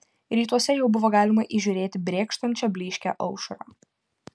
rytuose jau buvo galima įžiūrėti brėkštančią blyškią aušrą